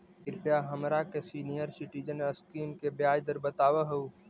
कृपा हमरा के सीनियर सिटीजन स्कीम के ब्याज दर बतावहुं